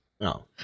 No